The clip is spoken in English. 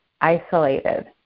isolated